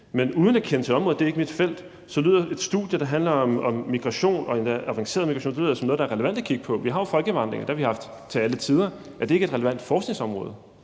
Men uden at kende til området, for det er ikke mit felt, så lyder et studie, der handler om migration og endda avanceret migration, som noget, der er relevant at kigge på. Vi har jo folkevandringer. Det har vi haft til alle tider. Er det ikke et relevant forskningsområde?